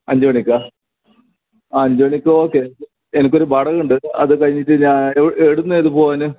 അഞ്ചുമണിക്കാ ആ അഞ്ചുമണിക്ക് ഓക്കേ എനിക്കൊരു ബറവ് ഉണ്ട് അത് കഴിഞ്ഞിട്ട് ഞാനോരു എവിടുന്നാ ഇത് പോവാൻ